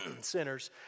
sinners